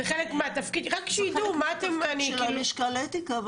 זה חלק מהתפקיד של הלשכה לאתיקה,